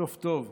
בסוף טוב,